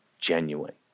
genuine